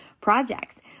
projects